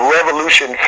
Revolution